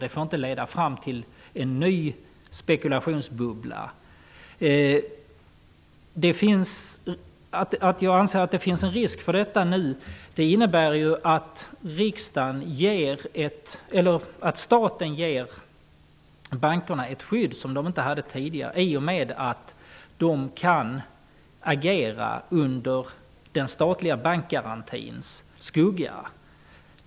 Det får inte bli en ny spekulationsbubbla. Att jag anser att det finns en ökad risk för detta nu beror på att staten ger bankerna ett skydd som de inte hade tidigare i och med att de kan agera under den statliga bankgarantins skugga.